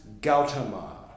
Gautama